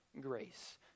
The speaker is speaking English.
grace